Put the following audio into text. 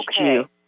okay